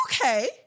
Okay